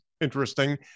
interesting